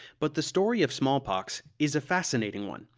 but the story of smallpox is a fascinating one,